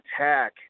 attack